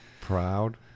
Proud